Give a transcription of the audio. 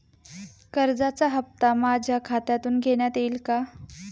कर्जाचा हप्ता माझ्या खात्यातून घेण्यात येईल का?